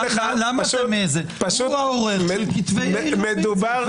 למה אתם --- הוא העורך של כתבי יאיר לפיד.